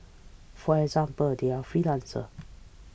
for example they are freelancers